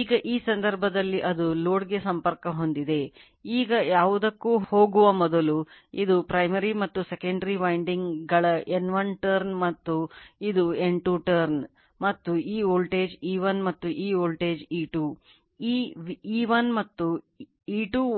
ಈಗ ಈ ಸಂದರ್ಭದಲ್ಲಿ ಅದು